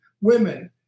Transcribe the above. women